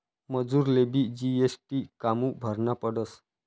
मजुरलेबी जी.एस.टी कामु भरना पडस?